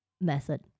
method